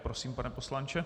Prosím, pane poslanče.